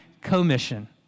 Commission